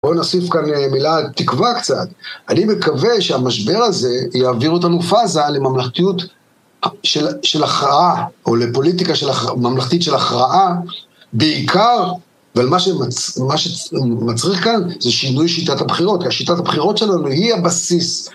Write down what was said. בואו נאסיף כאן מילה תקווה קצת. אני מקווה שהמשבר הזה יעביר אותנו פאזה לממלכתיות של הכרעה או לפוליטיקה ממלכתית של הכרעה בעיקר אבל מה שמצריך כאן זה שינוי שיטת הבחירות כי השיטת הבחירות שלנו היא הבסיס